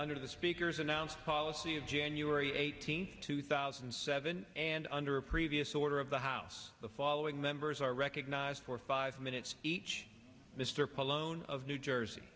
under the speaker's announced policy of january eighteenth two thousand and seven and under a previous order of the house the following members are recognized for five minutes each mr pallone of new jersey